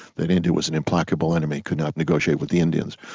that india was an implacable enemy, could not negotiate with the indians.